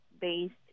based